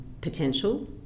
potential